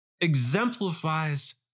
exemplifies